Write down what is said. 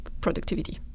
productivity